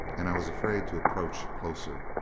and i was afraid to approach closer.